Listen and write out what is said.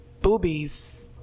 boobies